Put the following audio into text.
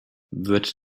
wird